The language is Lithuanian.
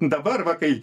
dabar va kai